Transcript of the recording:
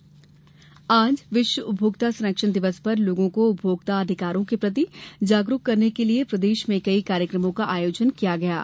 उपभोक्ता संरक्षण दिवस आज विश्व उपभोक्ता संरक्षण दिवस पर लोगों को उपभोक्ता अधिकारों के प्रति जागरूक करने के लिये प्रदेश में कई कार्यक्रमों का आयोजन किया गया है